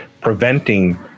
preventing